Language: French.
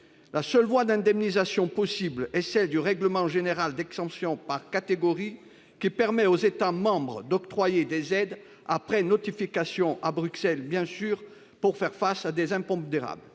La seule voie d’indemnisation possible est celle du règlement général d’exemption par catégorie, qui permet aux États membres d’octroyer des aides, après notification à Bruxelles bien sûr, pour faire face à des impondérables.